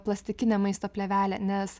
plastikinė maisto plėvelė nes